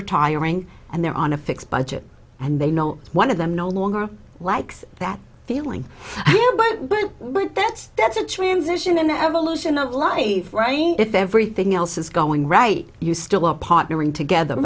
retiring and they're on a fixed budget and they know one of them no longer likes that feeling but that's that's a transition in the evolution of life writing if everything else is going right you still are partnering together